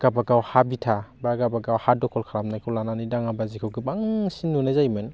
गाबागाव हा बिथा बा गाबागाव हा दखल खालामनायखौ लानानै दाङाबाजिखौ गोबांसिन नुनाय जायोमोन